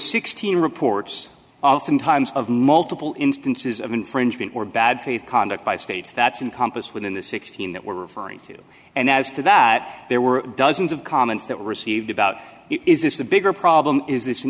sixteen reports oftentimes of multiple instances of infringement or bad faith conduct by states that's in compas within the sixteen that we're referring to and as to that there were dozens of comments that were received about is this the bigger problem is this an